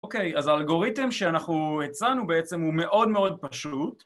אוקיי, אז האלגוריתם שאנחנו הצענו בעצם הוא מאוד מאוד פשוט.